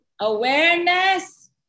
Awareness